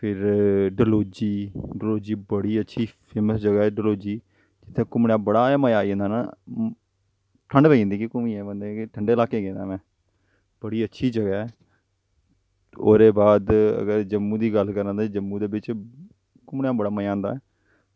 फिर डल्हौजी डल्हौजी बड़ी अच्छी फेमस जगह् ऐ डल्हौजी जित्थें घूमने दा बड़ा गै मज़ा आई जंदा ना ठंड पेई जंदी बंदे कि घूमियै बंदे गी ठंडे लाह्कै गेदा ऐं में बड़ी अच्छी जगह् ऐ ओह्दे बाद जम्मू दी गल्ल करां ते जम्मू घूमने दा बड़ा मज़ा आंदा ऐ